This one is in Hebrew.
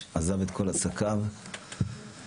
עזב את כל עסקיו מאז פטירתו של בני,